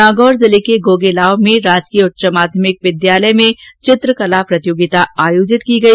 नागौर जिले के गोगेलाव में राजकीय उच्च माध्यमिक विद्यालय में चित्रकला प्रतियोगिता आयोजित की गई